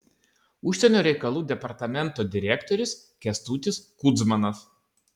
užsienio reikalų departamento direktorius kęstutis kudzmanas